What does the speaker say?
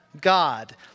God